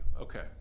Okay